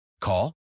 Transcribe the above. Call